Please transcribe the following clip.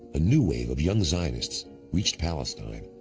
a new wave of young zionists reached palestine,